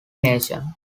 nation